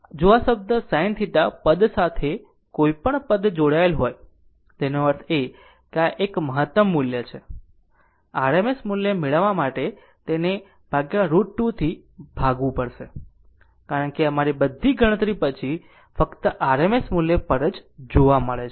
જો આ sin θ પદ સાથે કોઈ પણ પદ જોડાયેલ હોય તેનો અર્થ એ કે આ એક મહત્તમ મૂલ્ય છે RMS મૂલ્ય લેવા માટે તેને √ 2 થી ભાગવું પડશે કારણ કે અમારી બધી ગણતરી પછી ફક્ત RMS મૂલ્ય પર જ જોવા મળશે